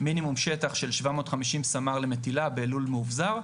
מינימום שטח של 750 סמ"ר למטילה בלול מאובזר,